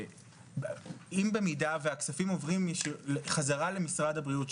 אם במידה והכספים עוברים חזרה למשרד הבריאות,